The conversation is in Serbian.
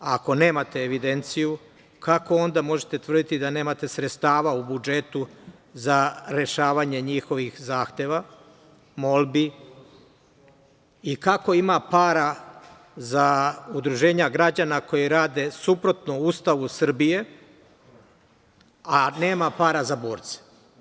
Ako nemate evidenciju, kako onda možete tvrditi da nemate sredstava u budžetu za rešavanje njihovih zahteva, molbi i kako ima para za udruženja građana koji rade suprotno Ustavu Srbije, a nema para za borce?